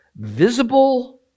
visible